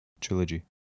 trilogy